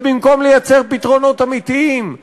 ובמקום לייצר פתרונות אמיתיים,